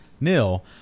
nil